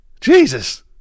Jesus